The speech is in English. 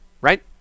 Right